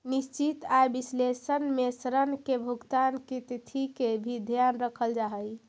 निश्चित आय विश्लेषण में ऋण के भुगतान के तिथि के भी ध्यान रखल जा हई